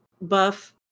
buff